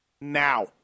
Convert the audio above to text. now